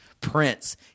Prince